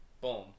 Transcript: boom